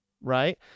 Right